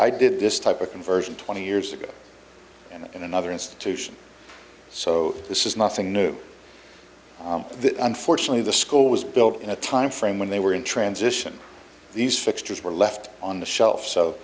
i did this type of conversion twenty years ago and another institution so this is nothing new unfortunately the school was built in a time frame when they were in transition these fixtures were left on the shelf so